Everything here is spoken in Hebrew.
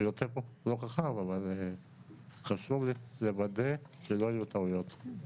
אבל חשוב לי לוודא שלא יהיו טעויות.